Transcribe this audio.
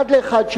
אחד לאחד,